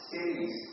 Cities